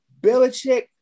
Belichick